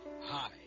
Hi